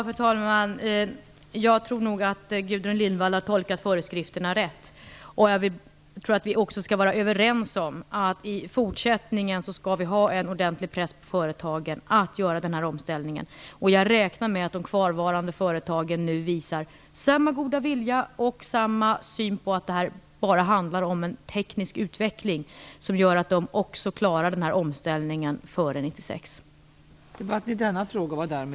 Fru talman! Jag tror nog att Gudrun Lindvall har tolkat föreskrifterna rätt, och jag tror att vi också kan vara överens om att vi i fortsättningen skall ha en ordentlig press på företagen att göra den här omställningen. Jag räknar med att de kvarvarande företagen nu visar samma goda vilja och att vi är ense om att det här bara handlar om en teknisk utveckling och att de därmed kommer att klara den här omställningen före